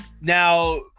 Now